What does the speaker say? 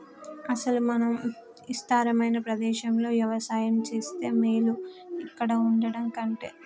అసలు మనం ఇస్తారమైన ప్రదేశంలో యవసాయం సేస్తే మేలు ఇక్కడ వుండటం కంటె